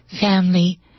family